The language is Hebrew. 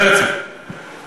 התשתית היא